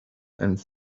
and